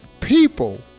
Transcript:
people